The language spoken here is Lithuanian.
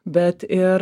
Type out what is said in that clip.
bet ir